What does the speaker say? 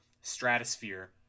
stratosphere